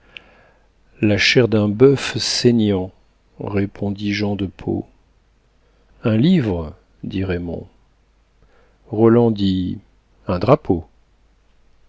la chair d'un bœuf saignant répondit jean de pau un livre dit raymond roland dit un drapeau